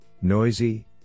noisy